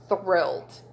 thrilled